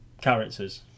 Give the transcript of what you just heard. characters